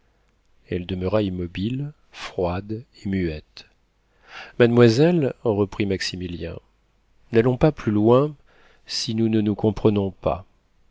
elle demeura immobile froide et muette mademoiselle reprit maximilien n'allons pas plus loin si nous ne nous comprenons pas